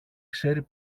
ξέρει